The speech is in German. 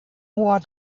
hoher